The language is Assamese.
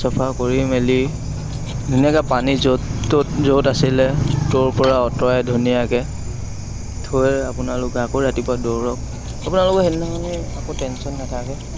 চফা কৰি মেলি ধুনীয়াকৈ পানী য'ত ত'ত য'ত আছিলে তাৰপৰা অঁতৰাই ধুনীয়াকৈ থৈ আপোনালোক আকৌ ৰাতিপুৱা দৌৰক আপোনালোকে সেইদিনাখন আকৌ টেন্যন নাথাকে